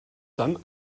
dann